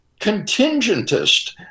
contingentist